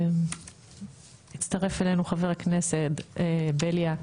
הצטרף אלינו חבר הכנסת בליאק,